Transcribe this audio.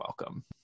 welcome